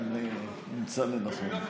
אם נמצא לנכון.